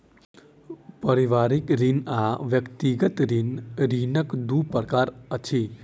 व्यापारिक ऋण आर व्यक्तिगत ऋण, ऋणक दू प्रकार अछि